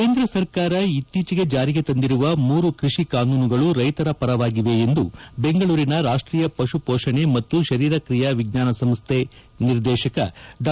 ಕೇಂದ್ರ ಸರ್ಕಾರ ಇತ್ತೀಚೆಗೆ ಜಾರಿಗೆ ತಂದಿರುವ ಮೂರು ಕೃಷಿ ಕಾನೂನುಗಳು ರೈತರ ಪರವಾಗಿವೆ ಎಂದು ಬೆಂಗಳೂರಿನ ರಾಷ್ಟೀಯ ಪಶು ಪೋಷಣೆ ಮತ್ತು ಶರೀರ ಕ್ರಿಯಾ ವಿಜ್ಞಾನ ಸಂಸ್ಥೆ ನಿರ್ದೇಶಕ ಡಾ